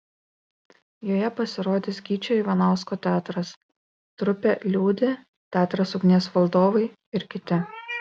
joje pasirodys gyčio ivanausko teatras trupė liūdi teatras ugnies valdovai ir kiti